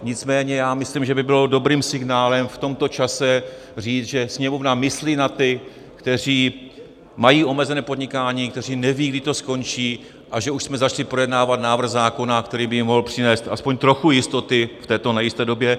Nicméně já myslím, že by bylo dobrým signálem v tomto čase říct, že Sněmovna myslí na ty, kteří mají omezené podnikání, kteří nevědí, kdy to skončí, a že už jsme začali projednávat návrh zákona, který by jim mohl přinést aspoň trochu jistoty v této nejisté době.